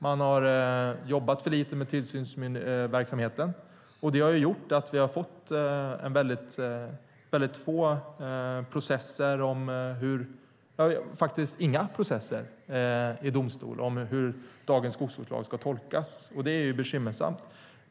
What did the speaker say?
Man har jobbat för lite med tillsynsverksamheten, och det har gjort att vi inte har fått några processer i domstol om hur dagens skogsvårdslag ska tolkas. Det är bekymmersamt.